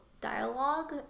dialogue